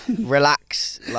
Relax